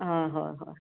অঁ হয় হয়